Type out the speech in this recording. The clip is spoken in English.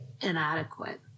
inadequate